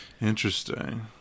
Interesting